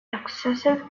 excessive